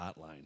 hotline